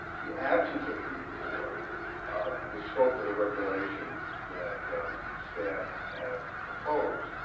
the absence of a need for the scope of the regulations that staff have proposed